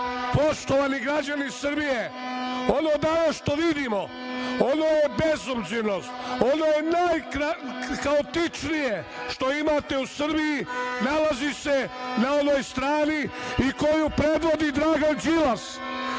SNS.Poštovani građani Srbije, ono danas što vidimo, onu bezobzirnost, najhaotičnije što imate u Srbiji nalazi se na onoj strani koju predvodi Dragan Đilas.